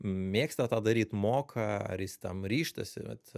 mėgsta tą daryt moka ar jis tam ryžtasi vat